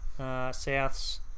Souths